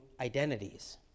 identities